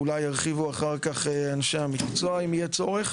ואולי ירחיבו אחר כך אנשי המקצוע אם יהיה צורך,